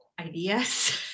ideas